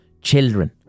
children